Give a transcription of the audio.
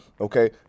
okay